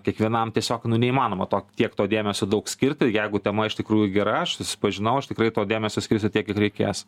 kiekvienam tiesiog neįmanoma to tiek to dėmesio daug skirti jeigu tema iš tikrųjų gera aš susipažinau aš tikrai to dėmesio skirsiu tiek kiek reikės